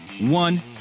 one